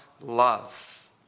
love